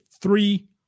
three